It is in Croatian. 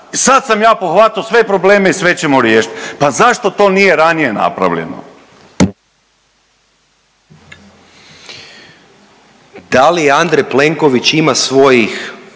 sad sam ja pohvatao sve probleme i sve ćemo riješiti. Pa zašto to nije ranije napravljeno? **Jakšić, Mišel (SDP)** Da li Andrej Plenković ima svojih